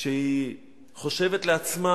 כשהיא חושבת לעצמה: